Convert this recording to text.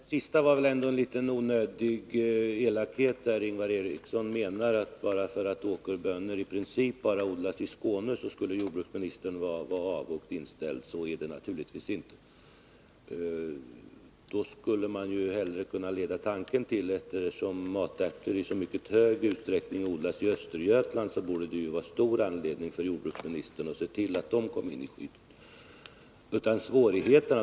Herr talman! Det sista var väl ändå en litet onödig elakhet. Ingvar Eriksson tycktes mena att bara därför att åkerbönor i princip endast odlas i Skåne, så skulle jordbruksministern vara avogt inställd. Så är det naturligtvis inte. Man kunde då hellre leda tanken till att eftersom matärtor i så mycket större utsträckning odlas i Östergötland, borde det vara stor anledning för jordbruksministern att se till att de kom in i skyddet.